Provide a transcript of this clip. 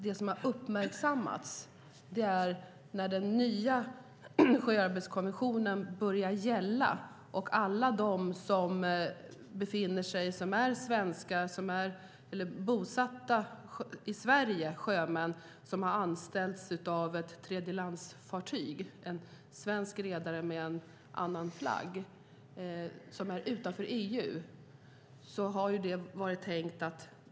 Det som har uppmärksammats är att den nya sjöarbetskonventionen ska gälla de i Sverige bosatta sjömännen som har anställts av en svensk redare med fartyg flaggad i tredjeland, utanför EU.